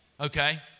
okay